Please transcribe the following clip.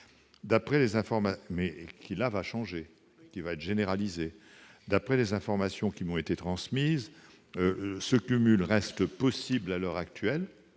D'après les informations qui m'ont été transmises, ce cumul reste, à l'heure actuelle,